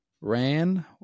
ran